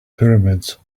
pyramids